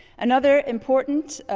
another important